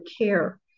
care